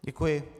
Děkuji.